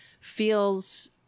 feels